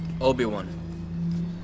Obi-Wan